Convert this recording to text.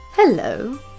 Hello